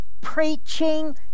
preaching